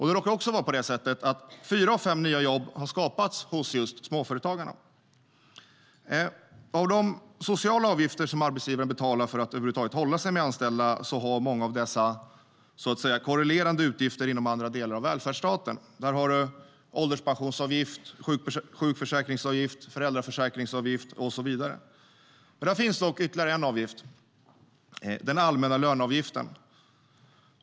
Det råkar också vara på det sättet att fyra av fem nya jobb har skapats hos just småföretagarna. Av de sociala avgifter som arbetsgivaren betalar för att över huvud taget hålla sig med anställda har många korrelerande utgifter inom andra delar av välfärdsstaten. Vi har ålderspensionsavgift, sjukförsäkringsavgift och föräldraförsäkringsavgift och så vidare. Där finns dock ytterligare en avgift: den allmänna löneavgiften.